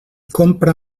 compra